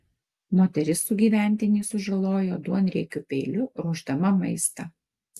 moteris sugyventinį sužalojo duonriekiu peiliu ruošdama maistą